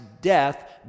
death